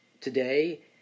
today